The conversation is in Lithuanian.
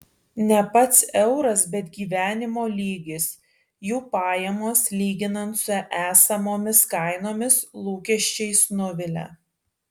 ne pats euras bet gyvenimo lygis jų pajamos lyginant su esamomis kainomis lūkesčiais nuvilia